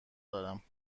دارم